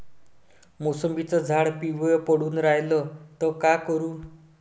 मोसंबीचं झाड पिवळं पडून रायलं त का करू?